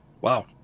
Wow